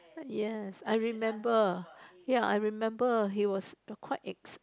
yes I remember ya I remember he was the quite ex~